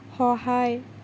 সহায়